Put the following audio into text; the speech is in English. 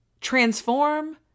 transform